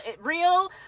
real